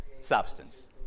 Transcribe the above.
substance